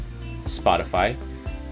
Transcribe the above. Spotify